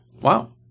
Wow